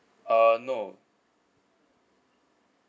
uh no